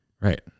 Right